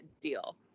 deal